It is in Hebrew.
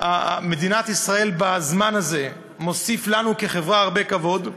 מדינת ישראל בזמן הזה מוסיפה לנו כחברה הרבה כבוד.